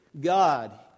God